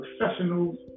professionals